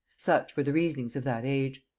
such were the reasonings of that age.